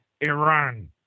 iran